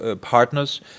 partners